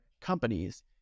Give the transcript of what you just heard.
companies